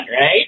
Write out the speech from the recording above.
right